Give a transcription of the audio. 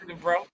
bro